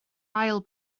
ail